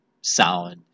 sound